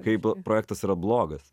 kaip projektas yra blogas